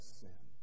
sin